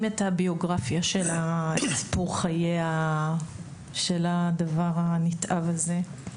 את הביוגרפיה שלה ואת סיפור חייה של הדבר הנתעב הזה.